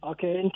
Okay